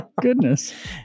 Goodness